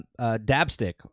Dabstick